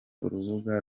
urubuga